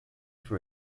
for